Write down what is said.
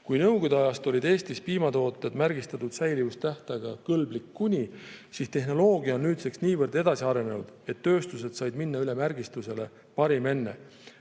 Kui nõukogude ajast olid Eestis piimatooted märgistatud säilivustähtaega "Kõlblik kuni ...", siis tehnoloogia on nüüdseks niivõrd edasi arenenud, et tööstused said minna üle märgistusele "Parim enne